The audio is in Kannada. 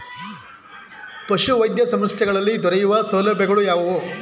ಪಶುವೈದ್ಯ ಸಂಸ್ಥೆಗಳಲ್ಲಿ ದೊರೆಯುವ ಸೌಲಭ್ಯಗಳು ಯಾವುವು?